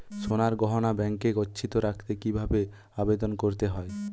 সোনার গহনা ব্যাংকে গচ্ছিত রাখতে কি ভাবে আবেদন করতে হয়?